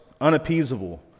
unappeasable